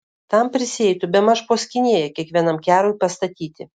tam prisieitų bemaž po skynėją kiekvienam kerui pastatyti